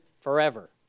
forever